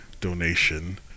donation